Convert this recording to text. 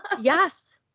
Yes